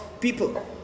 people